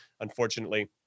unfortunately